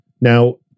Now